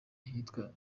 ahitwa